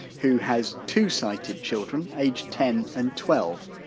who has two sighted children, aged ten and twelve.